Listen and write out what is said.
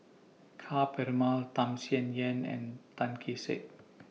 Ka Perumal Tham Sien Yen and Tan Kee Sek